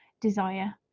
desire